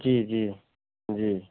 जी जी जी